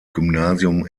gymnasium